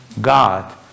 God